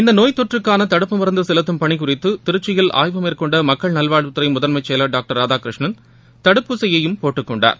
இந்த நோய் தொற்றுக்கான தடுப்பு மருந்து செலுத்தும் பணி குறித்து திருச்சியில் ஆய்வு மேற்கொண்ட மக்கள் நல்வாழ்வுத்துறை முதன்மைச் செயலர் டாக்டர் ராதாகிருஷ்ணன் தடுப்பூசியையும் போட்டுக் கொண்டார்